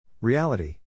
Reality